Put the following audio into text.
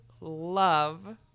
love